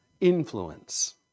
influence